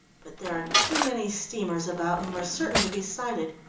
but there are too many steamers about and we're certain to be sighted.